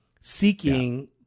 seeking